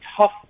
tough